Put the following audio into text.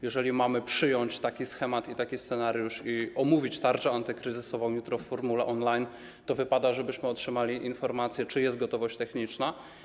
Jeżeli mamy przyjąć taki schemat i taki scenariusz i omówić tarczę antykryzysową jutro w formule on-line, to wypada, żebyśmy otrzymali informację, czy jest gotowość techniczna.